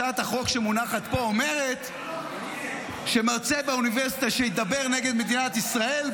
הצעת החוק שמונחת פה אומרת שמרצה באוניברסיטה שידבר נגד מדינת ישראל,